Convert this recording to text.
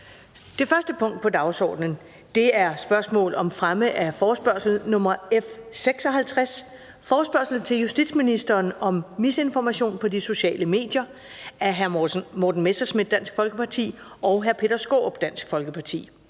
Det første punkt på dagsordenen er: 1) Spørgsmål om fremme af forespørgsel nr. F 56: Forespørgsel til justitsministeren om misinformation på de sociale medier. Af Morten Messerschmidt (DF) og Peter Skaarup (DF).